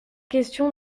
question